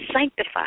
Sanctify